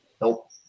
Nope